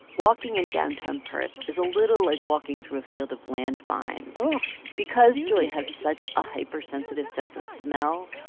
walking in downtown perth is a little like walking through a field of land mines oh because joy has such a hypersensitive sense of smell,